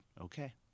okay